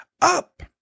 up